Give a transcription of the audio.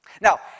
Now